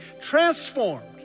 transformed